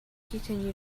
continue